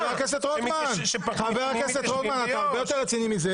חבר הכנסת רוטמן, אתה הרבה יותר רציני מזה.